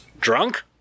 drunk